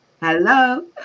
hello